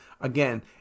Again